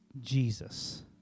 Jesus